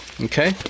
Okay